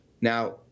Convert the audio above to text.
Now